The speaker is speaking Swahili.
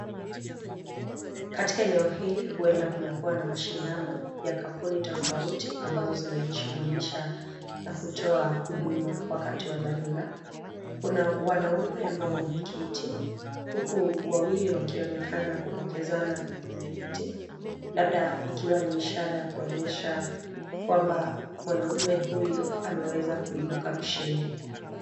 Katika eneo hili huenda kumekuwa na mashindano ya kampuni tofauti ambazo zinajishughulisha na kutoa huduma wakati wa dharura. Kuna wanaume ambao wameketi huku wawili wakionekana kupokezana vyeti, labda ikiwa ni ishara ya kuonyesha kwamba mwanamume huyu ameweza kuibuka mshindi.